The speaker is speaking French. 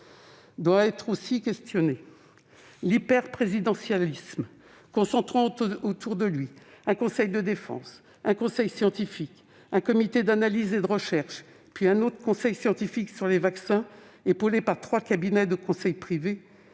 Doit être aussi questionné l'hyper-présidentialisme, qui voit se concentrer autour d'un seul un conseil de défense, un conseil scientifique, un comité d'analyse et de recherche, puis un autre conseil scientifique sur les vaccins épaulé par trois cabinets de conseil privés,